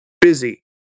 busy